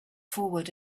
forward